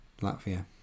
Latvia